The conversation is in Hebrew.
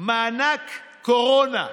מענק קורונה,